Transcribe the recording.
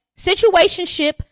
Situationship